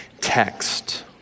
text